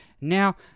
Now